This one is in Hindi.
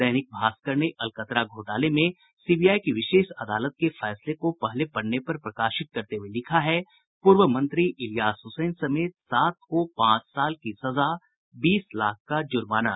दैनिक भास्कर ने अकतरा घोटाले में सीबीआई की विशेष अदालत के फैसले को पहले पन्ने पर प्रकाशित करते हुये लिखा है पूर्व मंत्री इलियास हुसैन समेत सात को पांच साल की सजा बीस लाख का जुर्माना